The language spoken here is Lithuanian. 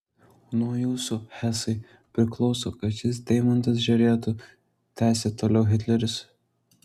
nuo jūsų hesai priklauso kad šis deimantas žėrėtų tęsė toliau hitleris